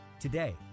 Today